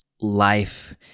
life